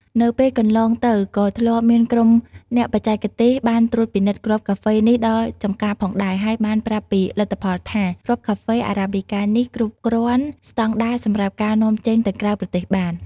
នៅពេលកន្លងទៅក៏ធ្លាប់មានក្រុមអ្នកបច្ចេកទេសបានត្រួតពិនិត្យគ្រាប់កាហ្វេនេះដល់ចម្ការផងដែរ ហើយបានប្រាប់ពីលទ្ធផលថា គ្រាប់កាហ្វេ Arabica នេះ គ្រប់គ្រាន់ស្តង់ដារសម្រាប់ការនាំចេញទៅក្រៅប្រទេសបាន។